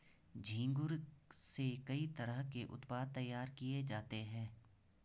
झींगुर से कई तरह के उत्पाद तैयार किये जाते है